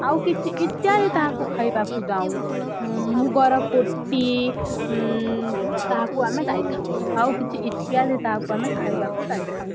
ଆଉ କିଛି ଇତ୍ୟାଦି ତାହାକୁ ଖାଇବାକୁ ଦାଉଁ ମୁଗର କୋଟି ତାହାକୁ ଆମେ ଦେଇଥାଉଁ ଆଉ କିଛି ଇତ୍ୟାଦି ତାହାକୁ ଆମେ ଖାଇବାକୁ ଦେଇଥାଉଁ